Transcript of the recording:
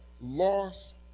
lost